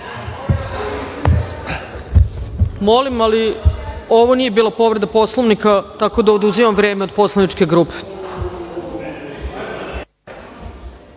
Brnabić** Ovo nije bila povreda Poslovnika tako da oduzimam vreme od poslaničke grupe. Reč